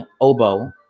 oboe